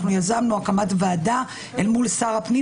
אנחנו יזמנו הקמת ועדה מול שר הפנים